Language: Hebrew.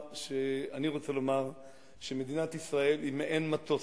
אני רוצה לומר שמדינת ישראל היא מעין מטוס,